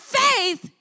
faith